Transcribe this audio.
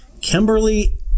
Kimberly